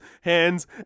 hands